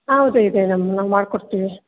ಹೌದು ಇದೆ ನಮ್ಮದೆ ನಾವು ಮಾಡ್ಕೊಡ್ತೀವಿ